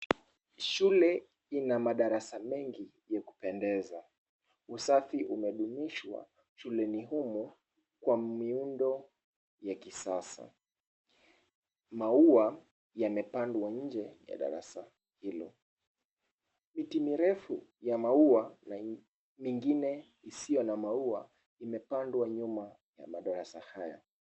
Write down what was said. Shule ina madarasa mengi ya kupendeza. Usafi umedumishwa shuleni humu kwa miundo ya kisasa. Maua yamepandwa nje ya darasa hilo. Miti mirefu ya maua mingine isiyo na maua imepandwa nyuma ya madarasa haya.